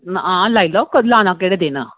हां जी लाई लैओ कदूं आना केह्ड़े दिन